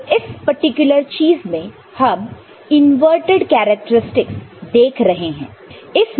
तो इस पार्टिकुलर चीज में हम इनवर्टड कैरेक्टरस्टिकस देख रहे हैं